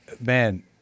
man